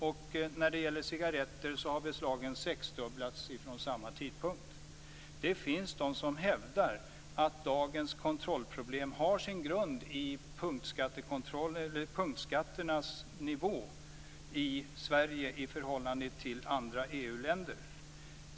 Tullens beslag av cigaretter har sexdubblats sedan samma tidpunkt. Det finns de som hävdar att dagens kontrollproblem har sin grund i punktskatternas nivå i Sverige i förhållande till andra EU-länder.